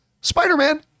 Spider-Man